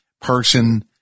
person